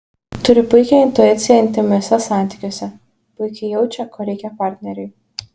turi puikią intuiciją intymiuose santykiuose puikiai jaučia ko reikia partneriui